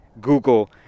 Google